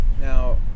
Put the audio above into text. now